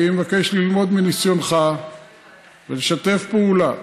אני מבקש ללמוד מניסיונך ולשתף פעולה.